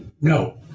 No